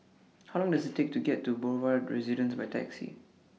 How Long Does IT Take to get to Boulevard Residence By Taxi